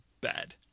bad